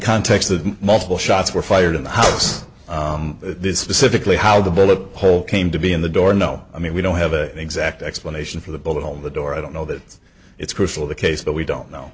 context of multiple shots were fired in the house this specifically how the bullet hole came to be in the door no i mean we don't have an exact explanation for the bullet on the door i don't know that it's crucial the case but we don't know